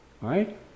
right